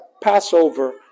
Passover